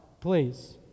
please